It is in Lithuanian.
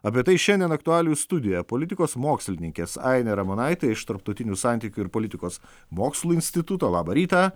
apie tai šiandien aktualijų studija politikos mokslininkės ainė ramonaitė iš tarptautinių santykių ir politikos mokslų instituto labą rytą